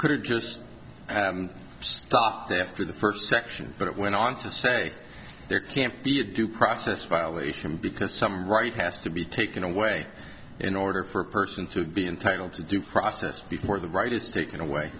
could have just stopped after the first section but it went on to say there can't be a due process violation because some right has to be taken away in order for a person to be entitled to due process before the right is taken away